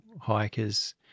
hikers